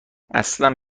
اصلا